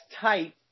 tight